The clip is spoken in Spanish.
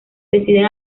deciden